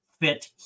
fit